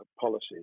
policies